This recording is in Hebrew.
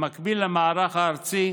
במקביל למערך הארצי,